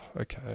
okay